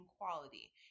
quality